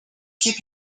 keep